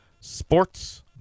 sports